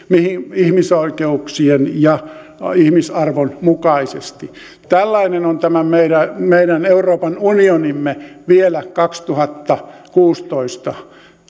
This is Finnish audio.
ihmisoikeuksien ja ihmisarvon mukaisesti tällainen on tämä meidän euroopan unionimme vielä kaksituhattakuusitoista